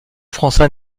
français